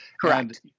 Correct